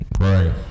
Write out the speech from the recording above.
Right